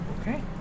Okay